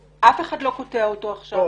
אף אחד לא קוטע את האלוף בריק.